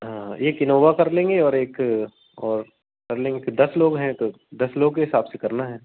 हाँ हाँ एक इनोवा कर लेंगे और एक और कर लेंगे फिर दस लोग हैं तो दस लोग के हिसाब से करना है